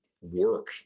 work